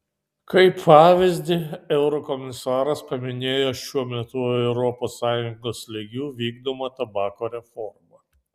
kaip pavyzdį eurokomisaras paminėjo šiuo metu europos sąjungos lygiu vykdomą tabako reformą